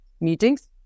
meetings